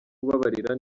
kubabarira